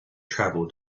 travel